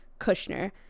kushner